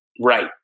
right